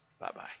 Bye-bye